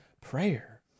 prayer